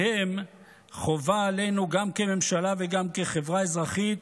שבהם חובה עלינו, גם כממשלה וגם כחברה אזרחית,